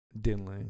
Dinling